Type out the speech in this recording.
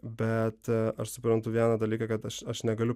bet aš suprantu vieną dalyką kad aš aš negaliu